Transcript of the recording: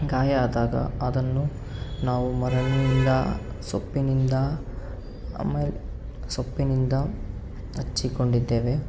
ಗಾಯ ಆದಾಗ ಅದನ್ನು ನಾವು ಮರಳಿನಿಂದ ಸೊಪ್ಪಿನಿಂದ ಆಮೇಲೆ ಸೊಪ್ಪಿನಿಂದ ಹಚ್ಚಿಕೊಂಡಿದ್ದೇವೆ